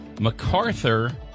MacArthur